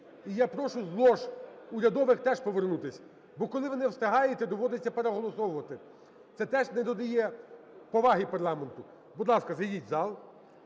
І я прошу з лож урядових теж повернутись, бо коли ви не встигаєте, доводиться переголосовувати, це теж не додає поваги парламенту. Будь ласка, зайдіть в зал,